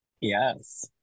Yes